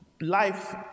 Life